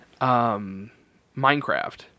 Minecraft